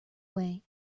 way